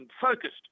focused